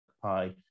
pie